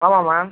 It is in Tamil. ஆமாம் மேம்